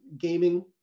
gaming